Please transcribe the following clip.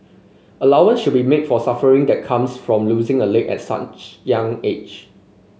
allowance should be made for suffering that comes from losing a leg at such young age